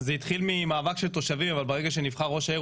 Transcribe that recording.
זה התחיל ממאבק של תושבים אבל ברגע שנבחר ראש העיר,